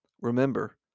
Remember